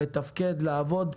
לתפקד ולעבוד,